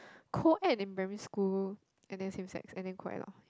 co ed in primary school and then same sex and then co ed lah